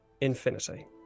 Infinity